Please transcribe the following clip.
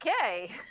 okay